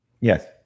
Yes